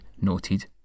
noted